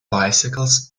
bicycles